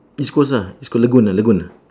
east coast ah east coast lagoon ah lagoon ah